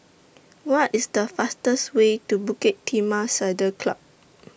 What IS The fastest Way to Bukit Timah Saddle Club